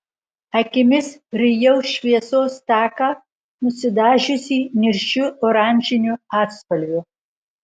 akimis rijau šviesos taką nusidažiusį niršiu oranžiniu atspalviu